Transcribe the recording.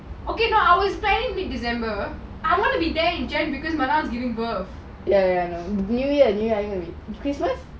okay not I was planning mid december I want to be there in january because my mom is going to give birth